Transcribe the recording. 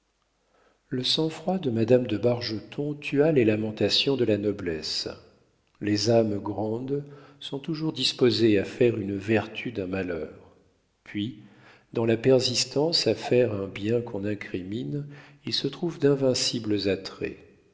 le sang-froid de madame de bargeton tua les lamentations de la noblesse les âmes grandes sont toujours disposées à faire une vertu d'un malheur puis dans la persistance à faire un bien qu'on incrimine il se trouve d'invincibles attraits